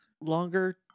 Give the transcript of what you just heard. longer